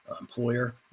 employer